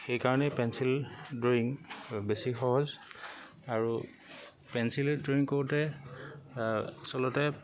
সেইকাৰণেই pencil drawing বেছি সহজ আৰু পেঞ্চিলে ড্ৰয়িং কৰোঁতে আচলতে